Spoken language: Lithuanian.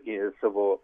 į savo